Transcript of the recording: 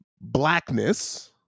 blackness